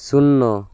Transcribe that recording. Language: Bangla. শূন্য